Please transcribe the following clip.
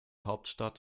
hauptstadt